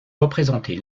représenter